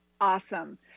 Awesome